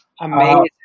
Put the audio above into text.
Amazing